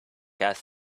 gas